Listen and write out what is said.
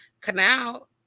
canal